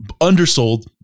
Undersold